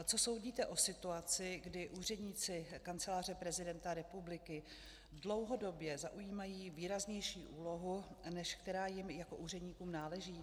Co soudíte o situaci, kdy úředníci Kanceláře prezidenta republiky dlouhodobě zaujímají výraznější úlohu, než která jim jako úředníkům náleží?